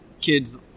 kids –